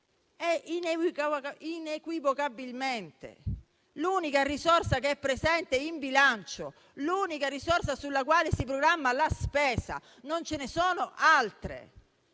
ed inequivocabilmente l'unica risorsa presente in bilancio, l'unica risorsa sulla quale si programma la spesa, poiché non ce ne sono altre.